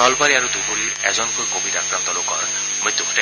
নলবাৰী আৰু ধুবুৰীৰ এজনকৈ কভিড আক্ৰান্ত লোকৰ মৃত্যু ঘটে